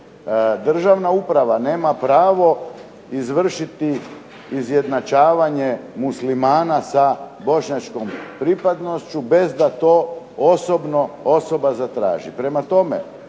Državna uprava nema pravo izvršiti izjednačavanje Muslimana sa bošnjačkom pripadnošću bez da to osobno osoba zatraži.